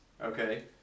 Okay